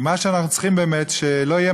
מה שאנחנו צריכים באמת הוא שלא יהיה